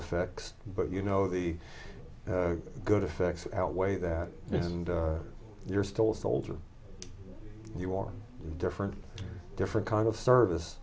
effects but you know the good effects outweigh that yes and you're still a soldier you want different different kind of service